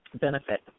benefit